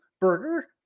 burger